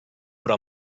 però